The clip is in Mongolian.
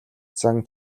зан